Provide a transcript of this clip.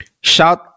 Shout